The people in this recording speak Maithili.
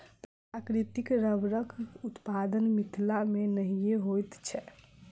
प्राकृतिक रबड़क उत्पादन मिथिला मे नहिये होइत छै